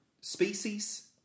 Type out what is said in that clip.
species